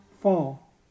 fall